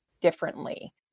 differently